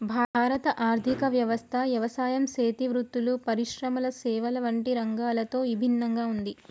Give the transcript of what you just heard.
భారత ఆర్థిక వ్యవస్థ యవసాయం సేతి వృత్తులు, పరిశ్రమల సేవల వంటి రంగాలతో ఇభిన్నంగా ఉంది